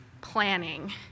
planning